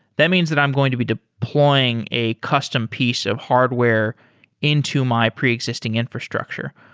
that means that i'm going to be deploying a custom piece of hardware into my pre-existing infrastructure.